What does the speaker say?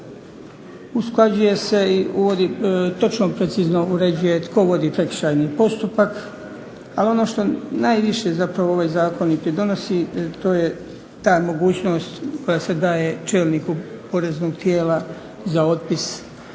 Usklađuje se i uvodi točno, precizno uređuje tko vodi prekršajni postupak. Ali ono što najviše zapravo ovaj Zakon i pridonosi to je ta mogućnost koja se daje čelniku poreznog tijela za otpis potraživanja